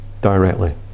directly